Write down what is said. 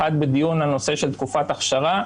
אחת בדיון על הנושא של תקופת אכשרה,